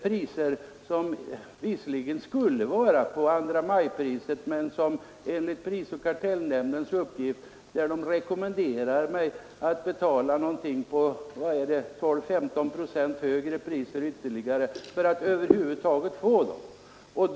Priset skulle väl vara detsamma som 2 maj-priset, men prisoch kartellnämnden rekommenderade mig att betala ca 15 procent mer för att över huvud taget få varan.